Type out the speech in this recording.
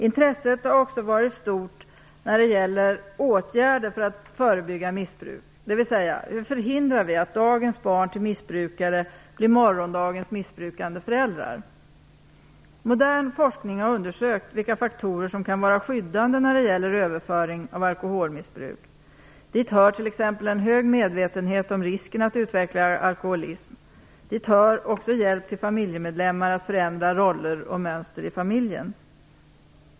Intresset har också varit stort när det gäller åtgärder för att förebygga missbruk, dvs. hur vi förhindrar att dagens barn till missbrukare blir morgondagens missbrukande föräldrar. Modern forskning har undersökt vilka faktorer som kan vara skyddande när det gäller överföring av alkoholmissbruk. Dit hör t.ex. en hög medvetenhet om risken att utveckla alkoholism. Dit hör också hjälp till familjemedlemmar att förändra roller och mönster i familjen.